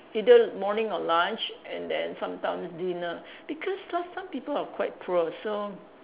either morning or lunch and then sometimes dinner because last time people are quite poor so